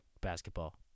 basketball